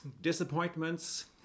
disappointments